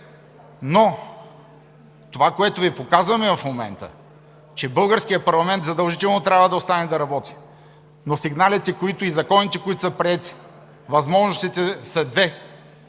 Но това, което Ви показваме в момента, че българският парламент задължително трябва да остане да работи, но за сигналите и законите, които са приети, възможностите са две.